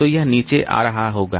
तो यह नीचे आ रहा रहा होगा